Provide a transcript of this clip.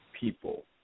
people